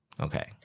Okay